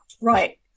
right